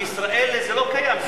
בישראל זה לא קיים.